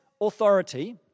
authority